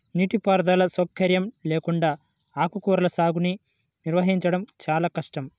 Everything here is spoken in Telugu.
నీటిపారుదల సౌకర్యం లేకుండా ఆకుకూరల సాగుని నిర్వహించడం చాలా కష్టం